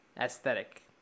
aesthetic